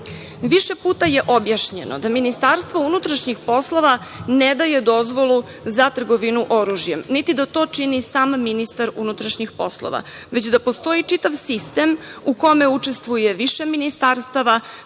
puta je objašnjeno da MUP ne daje dozvolu za trgovinu oružjem, niti da to čini sam ministar unutrašnjih poslova, već da postoji čitav sistem u kome učestvuje više ministarstava,